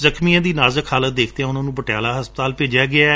ਜ਼ਖ਼ਮੀਆਂ ਦੀ ਨਾਜੂਕ ਹਾਲਤ ਦੇਖਦਿਆਂ ਉਨ੍ਹਾਂ ਨੂੰ ਪਟਿਆਲਾ ਹਸਪਤਾਲ ਵਿਚ ਭੇਜਿਆ ਗਿਐ